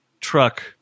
truck